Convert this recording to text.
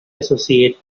associate